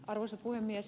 arvoisa puhemies